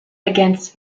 against